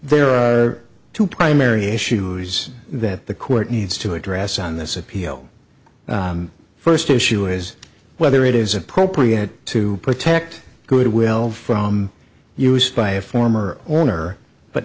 there are two primary issues that the court needs to address on this appeal first issue is whether it is appropriate to protect goodwill from used by a former owner but